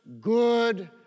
good